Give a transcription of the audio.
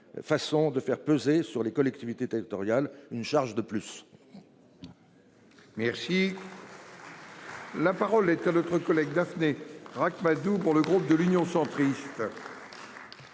façon de faire peser sur les collectivités territoriales, une charge de plus. Merci. La parole est à notre collègue daphné Ract-Madoux pour le groupe de l'Union centriste.